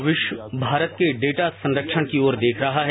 प्ररा विश्व भारत के डेटा संरक्षण की ओर देख रहा है